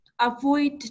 avoid